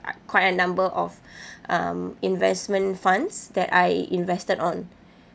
I quite a number of um investment funds that I invested on